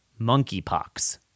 monkeypox